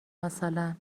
مثلا